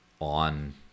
on